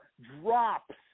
drops